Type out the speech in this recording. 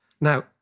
Now